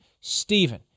Stephen